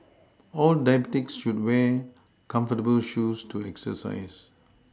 all diabetics should wear comfortable shoes to exercise